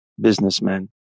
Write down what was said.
businessmen